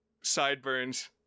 sideburns